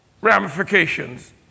ramifications